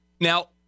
Now